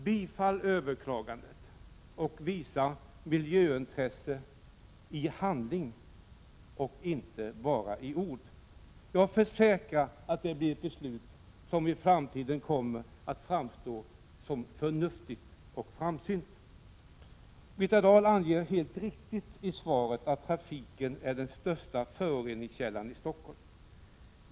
Bifall överklagandet och visa miljöintresse i handling och inte bara i ord! Jag försäkrar att det blir ett beslut som i framtiden kommer att framstå som förnuftigt och framsynt. Birgitta Dahl anger helt riktigt i svaret att trafiken är den största föroreningskällan i Stockholm.